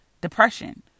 depression